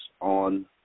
on